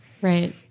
Right